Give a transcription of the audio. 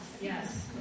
Yes